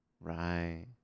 right